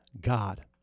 God